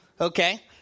okay